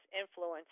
influence